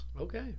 Okay